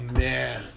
man